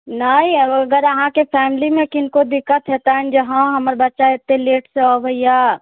नै अगर अहाँके फैमिली मे किनको दिक्कत हेतनि जे हँ हमर बच्चा एत्तेक लेट सऽ अबैए